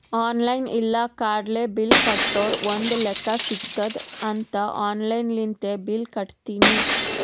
online ಇಲ್ಲ ಕಾರ್ಡ್ಲೆ bill ಕಟ್ಟುರ್ ಒಂದ್ ಲೆಕ್ಕಾ ಸಿಗತ್ತುದ್ ಅಂತ್ ಆನ್ಲೈನ್ ಲಿಂತೆ ಬಿಲ್ ಕಟ್ಟತ್ತಿನಿ